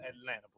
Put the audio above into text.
Atlanta